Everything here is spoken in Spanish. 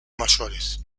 mayores